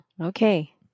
Okay